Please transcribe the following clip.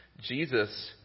Jesus